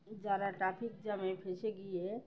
যারা ট্রাফিক জ্যামে ফেঁসে গিয়ে